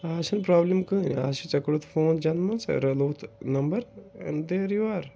آز چھَنہٕ پرٛابلِم کٕہٕنۍ اَز چھِ ژےٚ کوٚڑُتھ فون چنٛدٕ مَنٛز رَلووُتھ نمبر دیر یوٗ آر